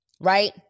Right